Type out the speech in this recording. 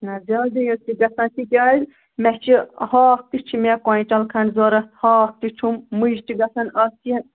نہَ حظ جلدی حظ چھِ گژھان تِکیٛازِ مےٚ چھِ ہاکھ تہِ چھِ مےٚ کۅینٛٹل کھنٛڈ ضروٗرت ہاکھ تہِ چھُم مُجہِ تہِ گژھن آسنہِ